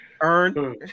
Earn